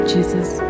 Jesus